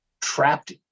trapped